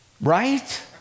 Right